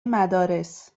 مدارس